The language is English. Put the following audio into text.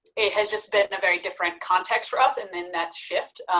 it has just been a very different context for us and then that shift.